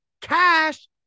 cash